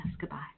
Goodbye